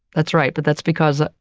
that's right, but that's because, ah